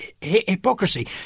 hypocrisy